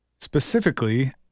Specifically